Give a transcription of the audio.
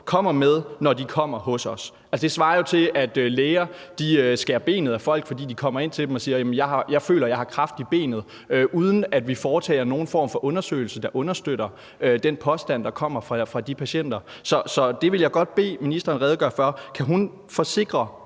kommer med, når de kommer hos os. Det svarer jo til, at læger skærer benet af folk, fordi de kommer ind til dem og siger, at de føler, de har kræft i benet, uden at vi foretager nogen form for undersøgelse, der understøtter den påstand, der kommer fra de patienter. Så det vil jeg godt bede ministeren redegøre for. Kan hun forsikre